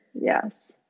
Yes